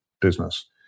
business